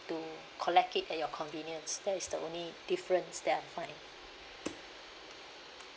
to collect it at your convenience that is the only difference that I find